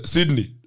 Sydney